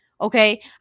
Okay